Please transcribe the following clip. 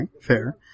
fair